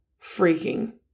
freaking